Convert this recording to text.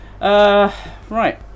right